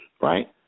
right